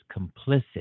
complicit